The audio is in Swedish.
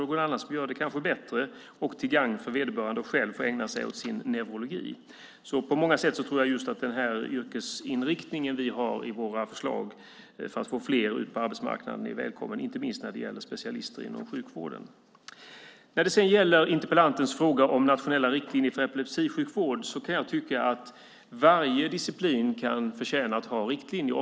Någon annan kanske gör det bättre, och det är till gagn för vederbörande som själv får ägna sig åt neurologin. På många sätt tror jag alltså att den yrkesinriktning vi har i våra förslag, för att få ut fler på arbetsmarknaden, är välkommen. Det gäller inte minst specialister inom sjukvården. När det sedan gäller interpellantens fråga om nationella riktlinjer för epilepsisjukvård kan jag tycka att varje disciplin kan förtjäna att ha riktlinjer.